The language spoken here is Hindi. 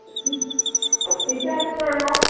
तो टीक टीका केना है